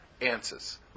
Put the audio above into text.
answers